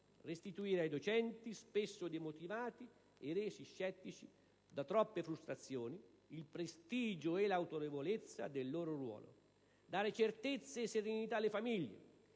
Restituire ai docenti, spesso demotivati e resi scettici da troppe frustrazioni, il prestigio e l'autorevolezza del loro ruolo. Dare certezze e serenità alle famiglie.